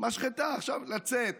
משחטה עכשיו לצאת